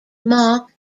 mark